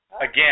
Again